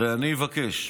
אני אבקש,